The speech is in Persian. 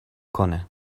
کنه